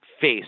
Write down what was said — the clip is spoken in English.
face